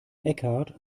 eckhart